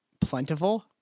plentiful